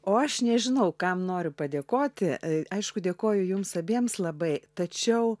o aš nežinau kam noriu padėkoti aišku dėkoju jums abiems labai tačiau